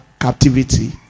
captivity